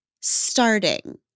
starting